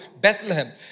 Bethlehem